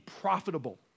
profitable